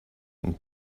and